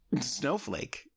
Snowflake